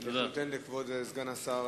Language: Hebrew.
מציע סגן השר,